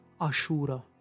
Ashura